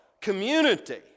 community